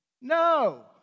No